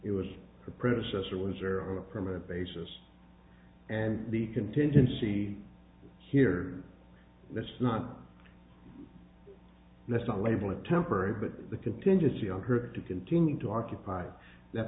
it was her predecessor was there a permanent basis and the contingency here let's not that's a label a temporary but the contingency of her to continue to occupy that